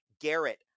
Garrett